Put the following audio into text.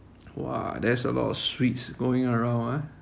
!wah! that's a lot of sweets going around ah